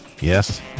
Yes